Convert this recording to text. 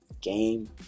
Game